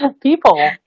people